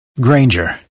Granger